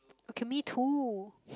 okay me too